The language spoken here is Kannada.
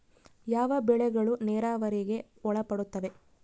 ಯಾವ ಬೆಳೆಗಳು ನೇರಾವರಿಗೆ ಒಳಪಡುತ್ತವೆ?